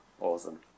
Awesome